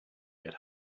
get